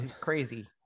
crazy